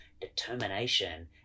determination